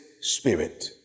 spirit